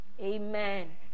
Amen